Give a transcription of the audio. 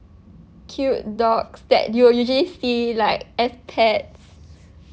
cute dogs that you will usually see like as pets